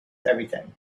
everything